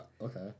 Okay